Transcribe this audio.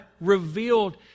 revealed